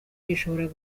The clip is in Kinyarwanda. gishobora